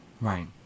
right